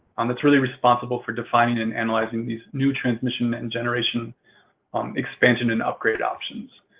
um it's really responsible for defining and analyzing these new transmission and generation um expansion and upgrade options.